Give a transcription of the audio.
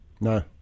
No